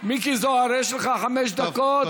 מיקי זוהר, יש לך חמש דקות.